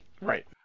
Right